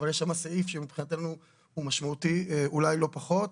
אבל יש שם סעיף שמבחינתנו הוא משמעותי אולי לא פחות,